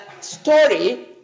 story